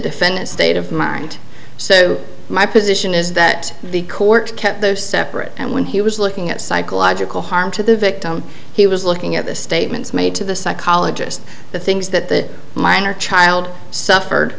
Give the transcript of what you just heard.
defendant's state of mind so my position is that the court kept those separate and when he was looking at psychological harm to the victim he was looking at the statements made to the psychologist the things that the minor child suffered